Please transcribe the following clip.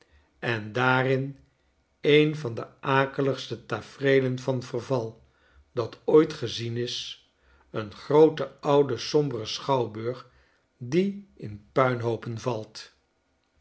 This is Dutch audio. en daarin een van de akeligste tafereelen van verval dat ooit gezien is een groote oude sombere schouwburg die in puinhoopen valt